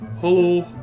Hello